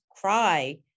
cry